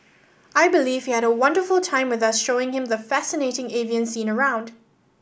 I believe he had a wonderful time with us showing him the fascinating avian scene around